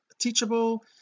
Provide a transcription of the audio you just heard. Teachable